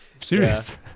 Serious